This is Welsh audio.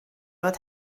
fod